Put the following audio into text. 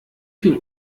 viel